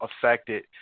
affected